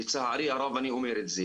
לצערי הרב אני אומר את זה,